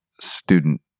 student